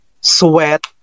sweat